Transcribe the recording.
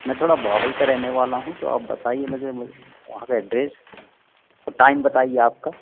मैं थोड़ा बाबई का रहने वाला हूँ तो आप बताइए मुझे म वहाँ का एड्रेस और टाइम बताइए आपका